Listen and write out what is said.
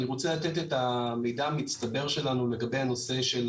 אני רוצה לתת את המידע המצטבר שלנו לגבי הנושא של